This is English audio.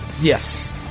Yes